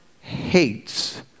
hates